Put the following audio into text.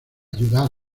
ayudar